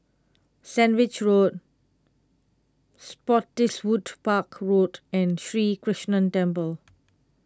Sandwich Road Spottiswoode Park Road and Sri Krishnan Temple